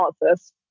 analysis